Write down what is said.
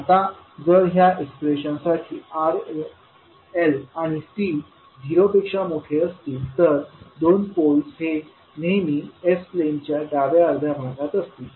आता जर ह्या एक्सप्रेशनसाठी R L आणि C झिरो पेक्षा मोठे असतील तर दोन पोल्स हे नेहमी s प्लेनच्या डाव्या अर्ध्या भागात असतील